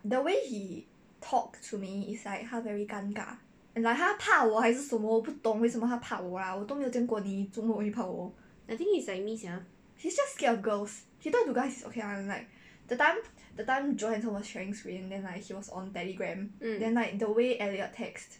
I think he is like me sia